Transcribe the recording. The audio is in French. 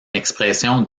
expression